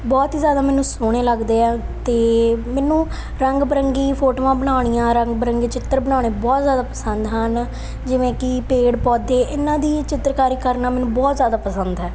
ਬਹੁਤ ਹੀ ਜ਼ਿਆਦਾ ਮੈਨੂੰ ਸੋਹਣੇ ਲੱਗਦੇ ਆ ਅਤੇ ਮੈਨੂੰ ਰੰਗ ਬਿਰੰਗੀਆਂ ਫੋਟੋਆਂ ਬਣਾਉਣੀਆਂ ਰੰਗ ਬਿਰੰਗੇ ਚਿੱਤਰ ਬਣਾਉਣੇ ਬਹੁਤ ਜ਼ਿਆਦਾ ਪਸੰਦ ਹਨ ਜਿਵੇਂ ਕਿ ਪੇੜ ਪੌਦੇ ਇਹਨਾਂ ਦੀ ਚਿੱਤਰਕਾਰ ਕਰਨਾ ਮੈਨੂੰ ਬਹੁਤ ਜ਼ਿਆਦਾ ਪਸੰਦ ਹੈ